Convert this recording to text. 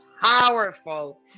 powerful